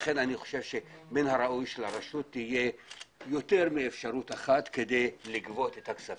אני חושב שמן הראוי שלרשות תהיה יותר מרשות אחת כדי לגבות את הכספים,